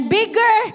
bigger